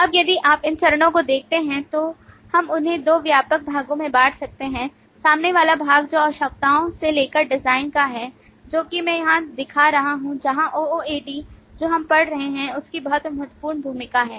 अब यदि आप इन चरणों को देखते हैं तो हम उन्हें 2 व्यापक भागों में बाँट सकते हैं सामने वाला भाग जो आवश्यकताओं से लेकर डिज़ाइन का है जो कि मैं यहाँ दिखा रहा हूँ जहाँ OOAD जो हम पढ़ रहे हैं उसकी बहुत महत्वपूर्ण भूमिका है